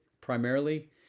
primarily